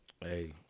hey